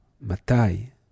Matai